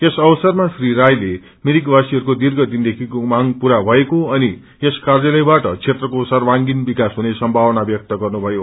यस अवसरमा राइले मिरिकवासीहरूको दीर्घदिनको मांग पूरा भएको अनि यस कार्यालयबाट क्षेत्रको सर्वागिङ विकास हुने संभावना व्यक्त गर्नुभयो